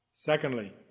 Secondly